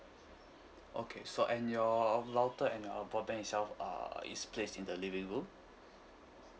okay so and your router and uh broadband itself uh is placed in the living room